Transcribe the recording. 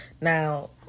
Now